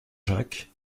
jacques